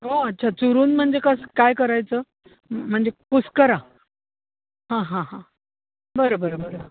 हो अच्छा चुरून म्हणजे कसं काय करायचं म्हणजे कुस्करा हां हां हां बर बर बरं